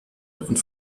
und